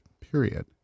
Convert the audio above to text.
period